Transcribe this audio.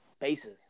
bases